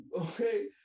okay